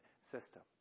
system